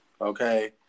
okay